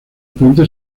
puente